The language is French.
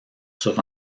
sur